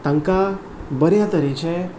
तांकां बऱ्या तरेचें